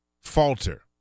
falter